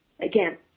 again